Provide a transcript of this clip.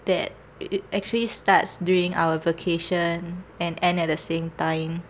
that a~ actually start during our vacation and end at the same time